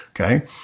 Okay